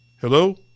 Hello